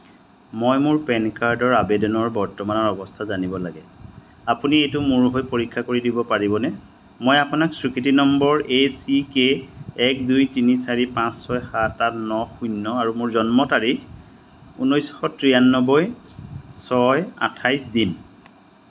মই মোৰ পেন কাৰ্ডৰ আবেদনৰ বৰ্তমানৰ অৱস্থা জানিব লাগে আপুনি এইটো মোৰ হৈ পৰীক্ষা কৰি দিব পাৰিবনে মই আপোনাক স্বীকৃতি নম্বৰ এ চি কে এক দুই তিনি চাৰি পাঁচ ছয় সাত আঠ ন শূন্য আৰু মোৰ জন্ম তাৰিখ ঊনৈছশ তিৰান্নবৈ ছয় আঠাইছ দিন